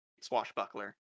swashbuckler